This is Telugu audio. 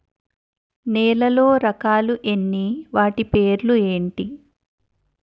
నేలలో రకాలు ఎన్ని వాటి పేర్లు ఏంటి?